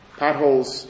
potholes